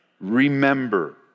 remember